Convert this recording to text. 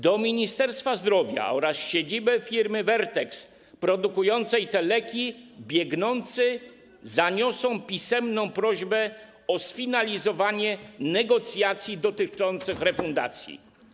Do Ministerstwa Zdrowia oraz siedziby firmy Vertex produkującej te leki biegnący zaniosą pisemną prośbę o sfinalizowanie negocjacji dotyczących refundacji.